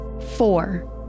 Four